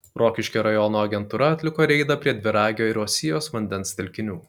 rokiškio rajono agentūra atliko reidą prie dviragio ir uosijos vandens telkinių